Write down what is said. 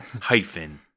Hyphen